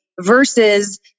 versus